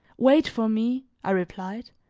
wait for me, i replied,